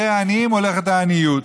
אחרי העניים הולכת העניות.